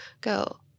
go